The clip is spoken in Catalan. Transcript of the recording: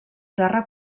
terra